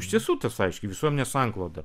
iš tiesų tas aiški visuomenės sankloda